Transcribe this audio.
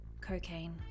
Cocaine